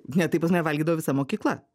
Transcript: ne tai pas mane valgydavo visa mokykla